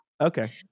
Okay